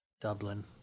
Dublin